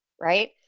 right